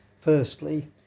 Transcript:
Firstly